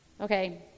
Okay